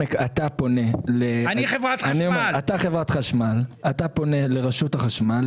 כחברת החשמל פונה לרשות החשמל,